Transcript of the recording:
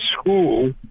school